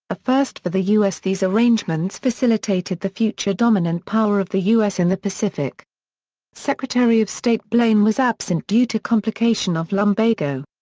a first for the u s. these arrangements facilitated the future dominant power of the u s. in the pacific secretary of state blaine was absent due to complication of lumbago.